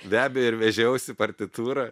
be abejo ir vežiausi partitūrą